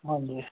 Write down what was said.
ਹਾਂਜੀ